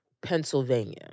Pennsylvania